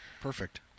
Perfect